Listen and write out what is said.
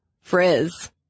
frizz